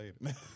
later